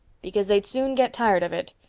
because they'd soon get tired of it.